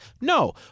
No